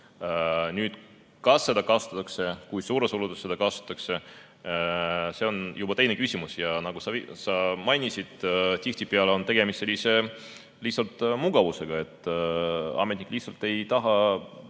Kas seda kasutatakse ja kui suures ulatuses seda kasutatakse, see on juba teine küsimus. Nagu sa mainisid, tihtipeale on tegemist lihtsalt mugavusega, ametnik ei taha